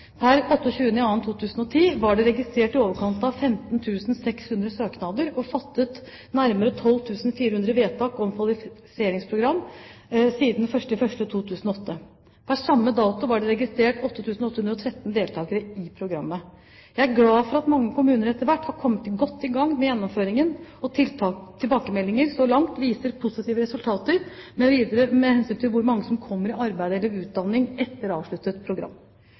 Per 28. februar 2010 var det registrert i overkant av 15 600 søknader, og det er fattet nærmere 12 400 vedtak om kvalifiseringsprogram siden 1. januar 2008. Per samme dato var det registrert 8 813 deltakere i programmet. Jeg er glad for at mange kommuner etter hvert har kommet godt i gang med gjennomføringen, og tilbakemeldinger så langt viser positive resultater med hensyn til hvor mange som kommer i arbeid eller utdanning etter avsluttet program.